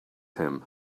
him